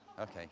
Okay